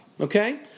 Okay